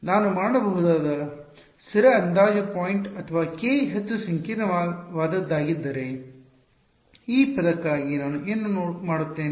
ಆದ್ದರಿಂದ ನಾನು ಮಾಡಬಹುದಾದ ಸ್ಥಿರ ಅಂದಾಜು ಪಾಯಿಂಟ್ ಅಥವಾ k ಹೆಚ್ಚು ಸಂಕೀರ್ಣವಾದದ್ದಾಗಿದ್ದರೆ ಈ ಪದಕ್ಕಾಗಿ ನಾನು ಏನು ಮಾಡುತ್ತೇನೆ